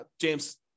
James